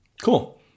Cool